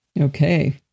Okay